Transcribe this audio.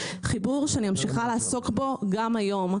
חיבור שאני ממשיכה לעסוק בו גם היום.